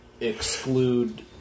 Exclude